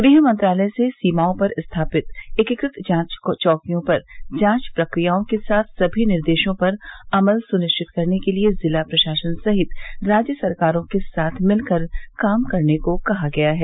गृह मंत्रालय से सीमाओं पर स्थापित एकीकृत जांच चौकियों पर जांच प्रक्रियाओं के साथ सभी निर्देशों पर अमल सुनिश्चित करने के लिए जिला प्रशासन सहित राज्य सरकारों के साथ मिलकर काम करने को कहा गया है